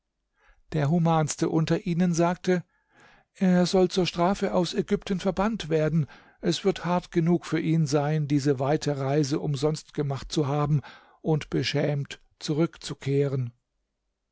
der humanste unter ihnen sagte er soll zur strafe aus ägypten verbannt werden es wird hart genug für ihn sein diese weite reise umsonst gemacht zu haben und beschämt zurückzukehren